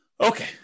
Okay